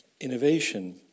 innovation